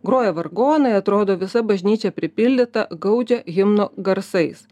groja vargonai atrodo visa bažnyčia pripildyta gaudžia himno garsais